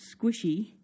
squishy